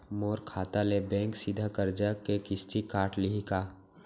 मोर खाता ले बैंक सीधा करजा के किस्ती काट लिही का?